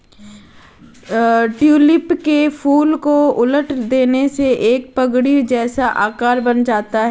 tulip के फूल को उलट देने से एक पगड़ी जैसा आकार बन जाता है